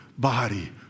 body